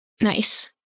Nice